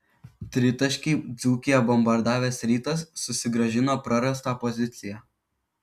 tritaškiai dzūkiją bombardavęs rytas susigrąžino prarastą poziciją